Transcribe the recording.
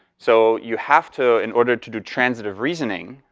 so you have to, in order to do transitive reasoning,